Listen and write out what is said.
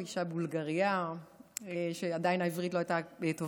היא אישה בולגרייה והעברית שלה עדיין לא הייתה טובה,